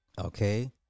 Okay